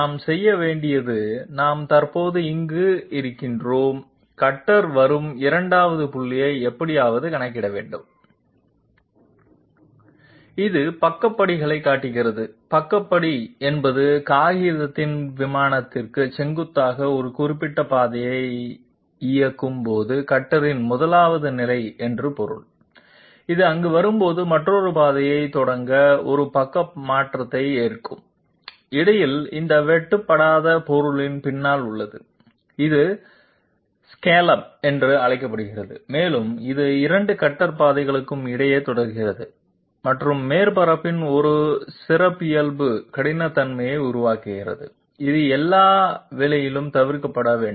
நாம் செய்ய வேண்டியது நாம் தற்போது இங்கு இருக்கிறோம் கட்டர் வரும் 2 வது புள்ளியை எப்படியாவது கணக்கிட வேண்டும் இது பக்க படிகளை காட்டுகிறது பக்க படி என்பது காகிதத்தின் விமானத்திற்கு செங்குத்தாக ஒரு குறிப்பிட்ட பாதையை இயக்கும் போது கட்டரின் 1 வது நிலை என்று பொருள் அது இங்கு வரும்போது மற்றொரு பாதையைத் தொடங்க ஒரு பக்க மாற்றத்தை எடுக்கும் இடையில் இந்த வெட்டப்படாத பொருளின் பின்னால் உள்ளது இது ஸ்கலோப் என்று அழைக்கப்படுகிறது மேலும் இது 2 கட்டர் பாதைகளுக்கு இடையில் தொடர்கிறது மற்றும் மேற்பரப்பின் ஒரு சிறப்பியல்பு கடினத்தன்மையை உருவாக்குகிறது இது எல்லா விலையிலும் தவிர்க்கப்பட வேண்டும்